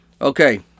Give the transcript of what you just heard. Okay